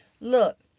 Look